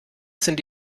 sind